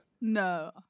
No